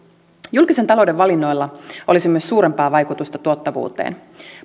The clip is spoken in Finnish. julkisen talouden valinnoilla olisi myös suurempaa vaikutusta tuottavuuteen